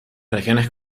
regiones